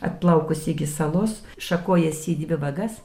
atplaukusi iki salos šakojasi į dvi vagas